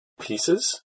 pieces